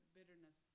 bitterness